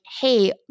hey